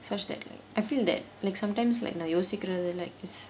such that like I feel that like sometimes like நான் யோசிக்கிறது:naan yosikkirathu